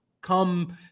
come